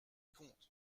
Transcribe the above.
compte